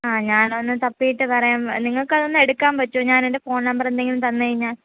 ആ ഞാനൊന്ന് തപ്പിയിട്ട് പറയാം നിങ്ങൾക്ക് അതൊന്ന് എടുക്കാൻ പറ്റുമോ ഞാൻ എൻ്റെ ഫോൺ നമ്പർ എന്തെങ്കിലും തന്ന് കഴിഞ്ഞാൽ